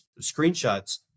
screenshots